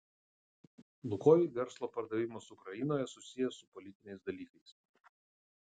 lukoil verslo pardavimas ukrainoje susijęs su politiniais dalykais